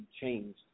changed